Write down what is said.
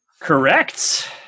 Correct